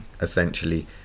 essentially